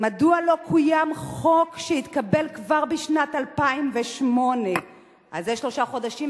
מדוע לא קוים חוק שהתקבל כבר בשנת 2008. אז יש שלושה חודשים,